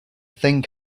thing